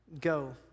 go